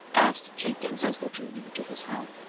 asked jenkins, as they drew near to his home.